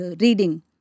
reading